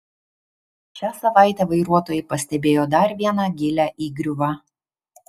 šią savaitę vairuotojai pastebėjo dar vieną gilią įgriuvą